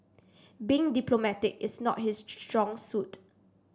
being diplomatic is not his strong suit